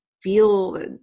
feel